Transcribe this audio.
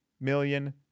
million